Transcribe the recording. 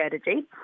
strategy